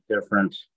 different